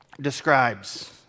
describes